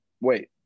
wait